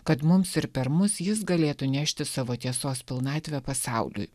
kad mums ir per mus jis galėtų nešti savo tiesos pilnatvę pasauliui